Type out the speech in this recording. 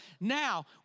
Now